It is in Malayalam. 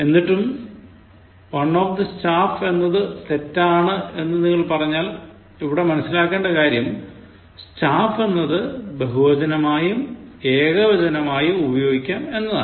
എന്നിട്ടും one of the staffs എന്നത് തെറ്റാണ് എന്ന് നിങ്ങൾ പറഞ്ഞാൽ അവിടെ മനസിലാക്കേണ്ട കാര്യം staff എന്നത് ബഹുവചനമായും ഏകവചനമായും ഉപയോഗിക്കാം എന്നതാണ്